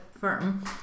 firm